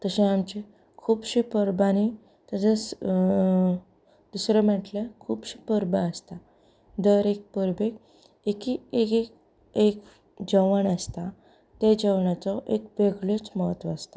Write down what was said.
तशे आमचे खुबशां परबांनी तशेंच दुसरें म्हणल्यार खुबशो परबो आसता दर एक परबेक एक एक जेवण आसता त्या जेवणाचो एक वेगळेंच म्हत्व आसता